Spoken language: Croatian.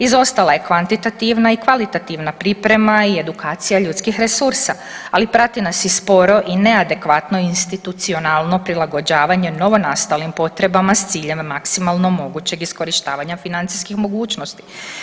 Izostala je kvantitativna i kvalitativna priprema i edukacija ljudskih resursa, ali prati nas i sporo i neadekvatno institucionalno prilagođavanje novonastalim potrebama s ciljem maksimalno mogućeg iskorištavanja financijskih mogućnosti.